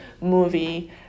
movie